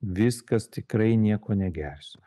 viskas tikrai nieko negersiu